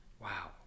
wow